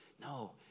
No